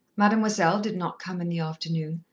mademoiselle did not come in the afternoon,